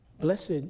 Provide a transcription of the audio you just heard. blessed